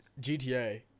gta